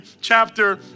chapter